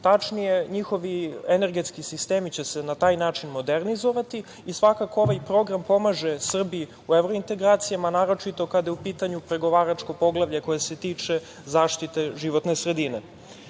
Tačnije, njihovi energetski sistemi će se na taj način modernizovati i svakako ovaj program pomaže Srbiji u evrointegracijama, naročito kada je u pitanju pregovaračko poglavlje koje se tiče zaštite životne sredine. Program